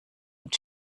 mit